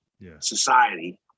society